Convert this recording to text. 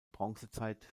bronzezeit